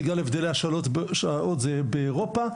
בגלל הבדלי השעות זה באירופה,